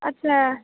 अच्छा